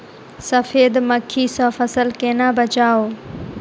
सफेद मक्खी सँ फसल केना बचाऊ?